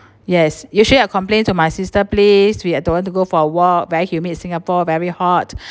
yes usually I'll complain to my sister place we uh don't want to go for a walk very humid singapore very hot